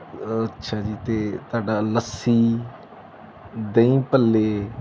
ਅੱਛਾ ਜੀ ਅਤੇ ਤੁਹਾਡਾ ਲੱਸੀ ਦਹੀਂ ਭੱਲੇ